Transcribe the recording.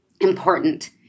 important